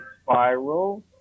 spiral